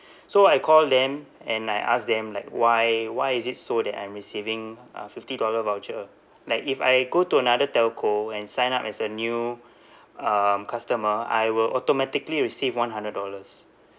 so I call them and I ask them like why why is it so that I'm receiving a fifty dollar voucher like if I go to another telco and sign up as a new um customer I will automatically receive one hundred dollars